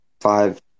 five